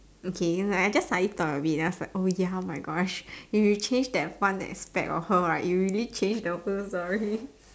okay you know I just suddenly thought of it and I was like oh ya oh my gosh if you change that one aspect of her right it will really change the whole story